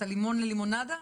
הלימון ללימונדה?